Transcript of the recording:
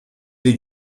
dei